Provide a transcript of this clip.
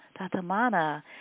Tatamana